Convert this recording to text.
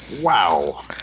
wow